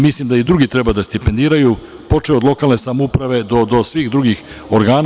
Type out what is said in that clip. Mislim da i drugi treba da stipendiraju, počev od lokalne samouprave do svih drugih organa.